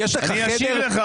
נו באמת.